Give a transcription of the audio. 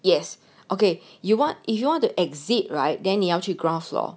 yes okay you want if you want to exit right then 你要去 ground floor